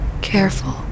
Careful